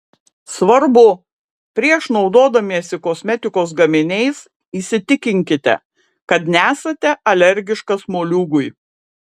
svarbu prieš naudodamiesi kosmetikos gaminiais įsitikinkite kad nesate alergiškas moliūgui